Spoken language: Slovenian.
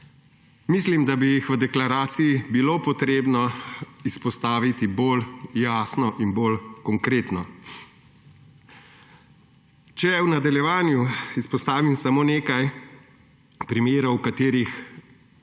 mislim, da bi jih v deklaraciji bilo potrebno izpostaviti bolj jasno in bolj konkretno. Če v nadaljevanju izpostavim samo nekaj primerov, v katerih